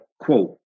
Quote